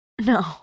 No